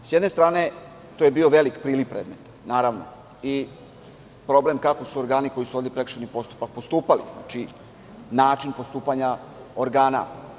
S jedne strane, to je bio veliki priliv predmeta, naravno, i problem kako su organi koji su vodili prekršajni postupak postupali, znači, način postupanja organa.